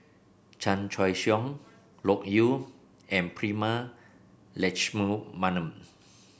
Chan Choy Siong Loke Yew and Prema Letchumanan